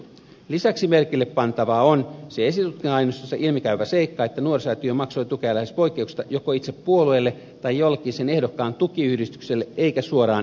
lisäksi merkille pantava on se esitutkinta aineistossa ilmi käyvä seikka että nuorisosäätiö maksoi tukea lähes poikkeuksetta joko itse puolueelle tai jollekin sen ehdokkaan tukiyhdistykselle eikä suoraan ehdokkaalle